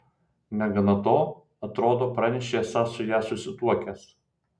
negana to atrodo pranešei esąs su ja susituokęs